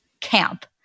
Camp